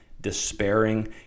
despairing